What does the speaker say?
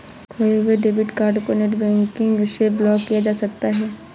खोये हुए debit card को नेटबैंकिंग से ब्लॉक किया जा सकता है